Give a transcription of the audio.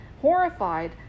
Horrified